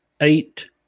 eight